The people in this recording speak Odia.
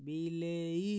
ବିଲେଇ